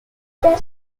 otros